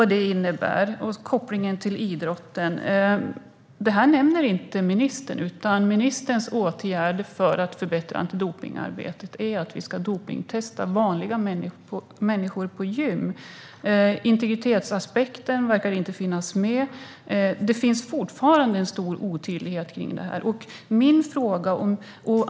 Detta nämner inte ministern, utan hans åtgärd för att förbättra antidopningsarbetet är att vanliga människor på gym ska dopningstestas. Integritetsaspekten verkar inte finnas med, och det finns fortfarande en stor otydlighet kring detta.